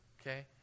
okay